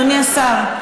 אדוני השר?